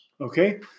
Okay